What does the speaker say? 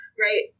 right